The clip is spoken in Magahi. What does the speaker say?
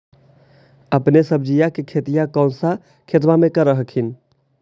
अपने सब्जिया के खेतिया कौन सा खेतबा मे कर हखिन?